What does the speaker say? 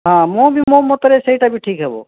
ହଁ ମୁଁ ବି ମୋ ମତରେ ସେଇଟା ବି ଠିକ୍ ହେବ